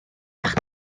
bach